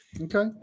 Okay